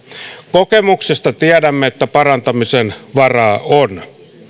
kokemuksesta tiedämme että parantamisen varaa on